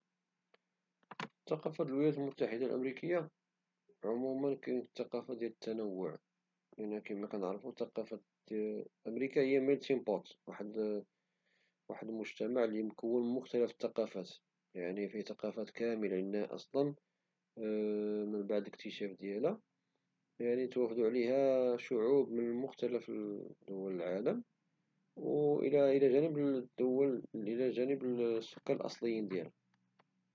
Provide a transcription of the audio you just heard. الثقافة ديال الولايات المتحدة الأمريكية فيها ثقافة من التنوع، أمريكا هي ميلتينغ بوت، واحد المجتمع مكون من مختلف الثقافات لأن من بعد الاكتشاف ديالها توافدو عليها شعوب من مختلف دول العالم إلى جانب السكان الأصليين ديالها.